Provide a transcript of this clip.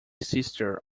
sister